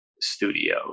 studio